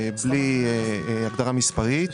בלי הגדרה מספרים.